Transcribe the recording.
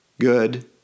good